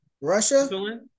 Russia